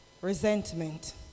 Resentment